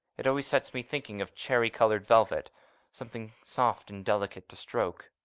it always sets me thinking of cherry-coloured velvet something soft and delicate to stroke.